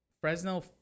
Fresno